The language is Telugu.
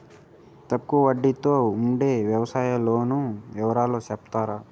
తక్కువ వడ్డీ తో ఉండే వ్యవసాయం లోను వివరాలు సెప్తారా?